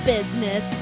Business